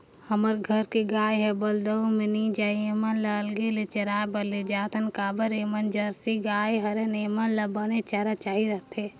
हमर घर के गाय हर बरदउर में नइ जाये ऐमन ल अलगे ले चराए बर लेजाथन काबर के ऐमन ह जरसी गाय हरय ऐेमन ल बने चारा चाही रहिथे